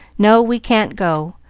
no, we can't go.